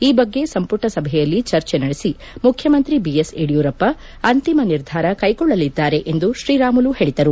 ಈ ಬಗ್ಗೆ ಸಂಪುಟ ಸಭೆಯಲ್ಲಿ ಚರ್ಚೆ ನಡೆಸಿ ಮುಖ್ಯಮಂತ್ರಿ ಬಿಎಸ್ ಯಡಿಯೂರಪ್ಪ ಅಂತಿಮ ನಿರ್ಧಾರ ಕೈಗೊಳ್ಳಲಿದ್ದಾರೆ ಎಂದು ಶ್ರೀರಾಮುಲು ಹೇಳಿದರು